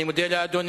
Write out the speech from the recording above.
אני מודה לאדוני.